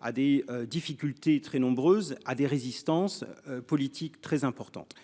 à des difficultés très nombreuses à des résistances politiques très importantes.